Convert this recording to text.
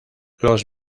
los